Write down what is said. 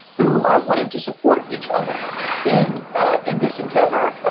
who are wanting to support each other in in this endeavor, ah